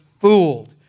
fooled